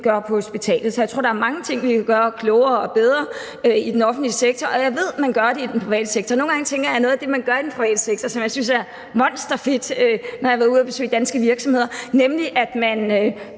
gør på hospitalet. Så jeg tror, der er mange ting, vi kan gøre klogere og bedre i den offentlige sektor, og jeg ved, at man gør det i den private sektor. Nogle gange tænker jeg, at noget af det, man gør i den private sektor, som jeg synes er monsterfedt, når jeg har været ude at besøge danske virksomheder, er, at man